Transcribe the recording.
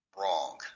wrong